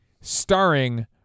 starring